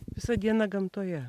visą dieną gamtoje